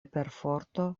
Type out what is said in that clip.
perforto